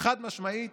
שחד-משמעית